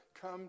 come